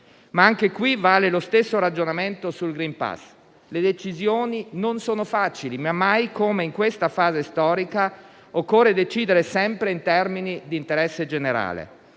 però, vale lo stesso ragionamento sul *green pass:* le decisioni non sono facili, ma mai come in questa fase storica occorre decidere sempre in termini di interesse generale.